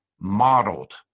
modeled